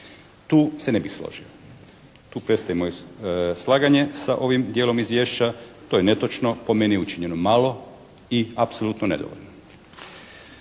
Tu se ne bih složio. Tu prestaje moje slaganje sa ovim dijelom izvješća. To je netočno, po meni učinjeno malo i apsolutno nedovoljno.